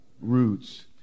Roots